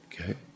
Okay